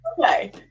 Okay